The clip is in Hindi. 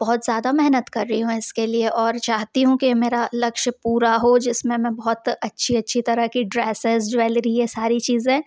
बहुत ज़्यादा मेहनत कर रही हूँ इसके लिए और चाहती हूँ कि मेरा लक्ष्य पूरा हो जिस में मैं बहुत अच्छी अच्छी तरह की ड्रेसेज़ ज्वेलरी ये सारी चीज़ें